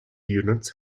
units